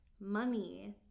money